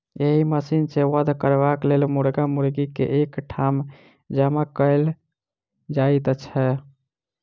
एहि मशीन सॅ वध करबाक लेल मुर्गा मुर्गी के एक ठाम जमा कयल जाइत छै